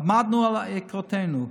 עמדנו על עקרונותינו,